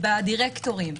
בדירקטורים,